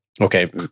Okay